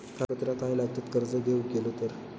कागदपत्रा काय लागतत कर्ज घेऊक गेलो तर?